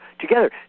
together